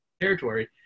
Territory